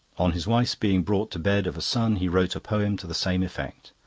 on his wife's being brought to bed of a son he wrote a poem to the same effect.